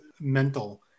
mental